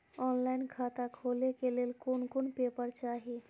Online खाता खोले के लेल कोन कोन पेपर चाही?